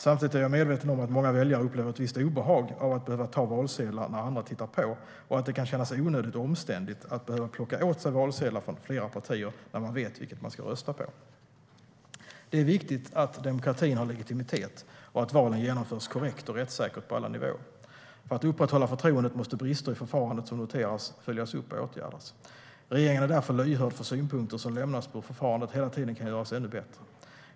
Samtidigt är jag medveten om att många väljare upplever ett visst obehag av att behöva ta valsedlar när andra tittar på och att det kan kännas onödigt omständligt att behöva plocka åt sig valsedlar från flera partier när man vet vilket man ska rösta på. Det är viktigt att demokratin har legitimitet och att valen genomförs korrekt och rättssäkert på alla nivåer. För att upprätthålla förtroendet måste brister i förfarandet som noteras följas upp och åtgärdas. Regeringen är därför lyhörd för synpunkter som lämnas på hur förfarandet hela tiden kan göras ännu bättre.